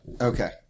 Okay